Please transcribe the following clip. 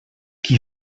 qui